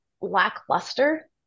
lackluster